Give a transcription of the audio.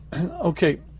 okay